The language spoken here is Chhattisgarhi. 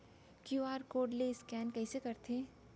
क्यू.आर कोड ले स्कैन कइसे करथे?